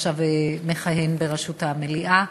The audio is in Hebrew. שעכשיו מכהן בראשות המליאה,